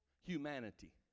Humanity